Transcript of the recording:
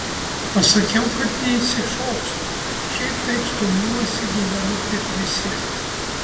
pasakiau kad neišsišokstu šiaip taip stumiuosi gyvenu kaip visi